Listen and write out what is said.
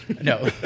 No